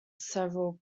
several